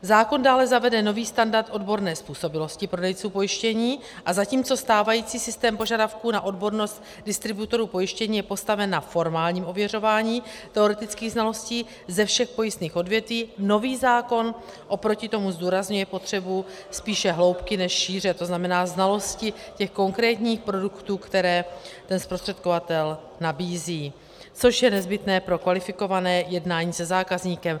Zákon dále zavede nový standard odborné způsobilosti prodejců pojištění, a zatímco stávající systém požadavků na odbornost distributorů pojištění je postaven na formálním ověřování teoretických znalostí ze všech pojistných odvětví, nový zákon oproti tomu zdůrazňuje potřebu spíše hloubky než šíře tzn. znalosti těch konkrétních produktů, které ten zprostředkovatel nabízí, což je nezbytné pro kvalifikované jednání se zákazníkem.